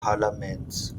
parlaments